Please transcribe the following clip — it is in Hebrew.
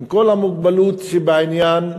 עם כל המוגבלות שבעניין,